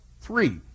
three